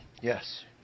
Yes